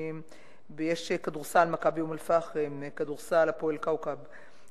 בכדורסל "מכבי אום-אל-פחם"; כדורסל "הפועל כאוכב";